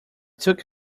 took